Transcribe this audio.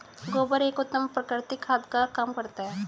गोबर एक उत्तम प्राकृतिक खाद का काम करता है